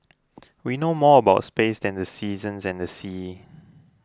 we know more about space than the seasons and the seas